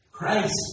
Christ